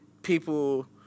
People